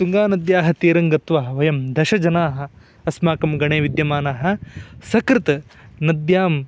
तुङ्गानद्याः तीरं गत्वा वयं दश जनाः अस्माकं गणे विद्यमानः सकृत् नद्यां